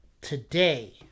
today